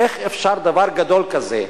איך אפשר, דבר גדול כזה,